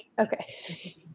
Okay